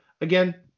again